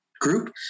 group